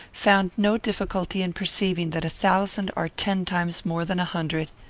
found no difficulty in perceiving that a thousand are ten times more than a hundred.